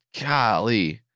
golly